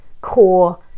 core